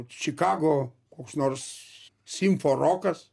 čikago koks nors simfo rokas